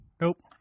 Nope